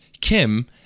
Kim